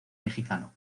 mexicano